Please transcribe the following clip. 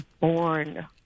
born